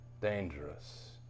Dangerous